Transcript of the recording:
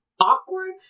awkward